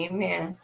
Amen